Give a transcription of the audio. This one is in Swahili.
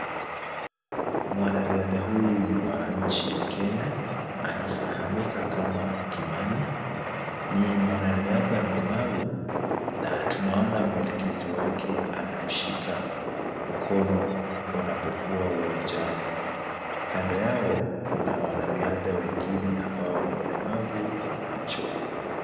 Mwanariadha huyu ni wa nchi ya Kenya. Anafahamika kama Kimani, ni mwanariadha mlemavu na tunaona mwelekezi wake amemshika mkono wanapokuwa uwanjani. Kando yao kuna wanariadha wengine ambao wana ulemavu wa macho.